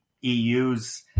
EU's